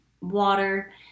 water